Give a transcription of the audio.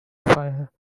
fire